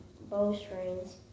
bowstrings